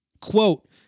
Quote